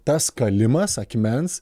tas kalimas akmens